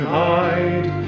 hide